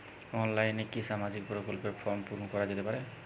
অনলাইনে কি সামাজিক প্রকল্পর ফর্ম পূর্ন করা যেতে পারে?